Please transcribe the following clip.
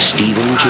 Stephen